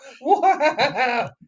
Wow